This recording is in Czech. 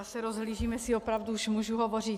Já se rozhlížím, jestli opravdu už můžu hovořit.